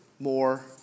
More